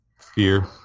Fear